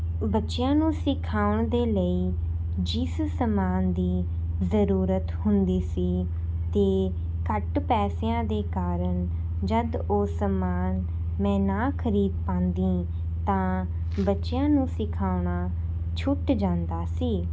ਬੱਚਿਆਂ ਨੂੰ ਸਿਖਾਉਣ ਦੇ ਲਈ ਜਿਸ ਸਮਾਨ ਦੀ ਜ਼ਰੂਰਤ ਹੁੰਦੀ ਸੀ ਅਤੇ ਘੱਟ ਪੈਸਿਆਂ ਦੇ ਕਾਰਨ ਜਦ ਉਹ ਸਮਾਨ ਮੈਂ ਨਾ ਖਰੀਦ ਪਾਉਂਦੀ ਤਾਂ ਬੱਚਿਆਂ ਨੂੰ ਸਿਖਾਉਣਾ ਛੁੱਟ ਜਾਂਦਾ ਸੀ